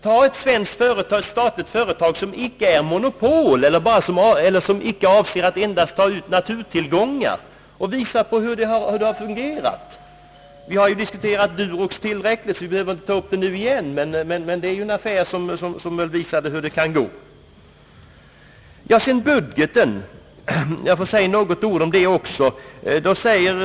Tag som exempel ett svenskt statligt företag, som inte har monopolställning och som inte endast avser att utnyttja naturtillgångar, och visa hur det fungerar! Vi har ju diskuterat Durox tillräckligt, så vi behöver inte ta upp det nu igen. Det är dock en affär som visar hur det kan gå. Jag vill sedan anföra några synpunkter beträffande budgeten.